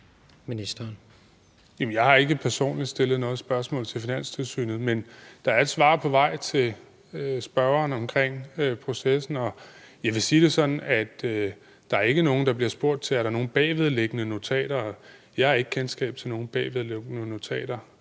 jeg har ikke personligt stillet noget spørgsmål til Finanstilsynet, men der er et svar på vej til spørgeren omkring processen. Jeg vil sige det sådan, at der ikke er nogen, der bliver spurgt, om der er nogle bagvedliggende notater. Jeg har ikke kendskab til nogen bagvedliggende notater